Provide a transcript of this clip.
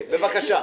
בקצרה.